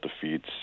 defeats